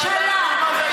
מעמד האישה,